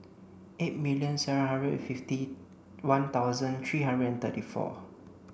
eight million seven hundred fifty one thousand three hundred and thirty four